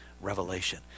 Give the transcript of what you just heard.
revelation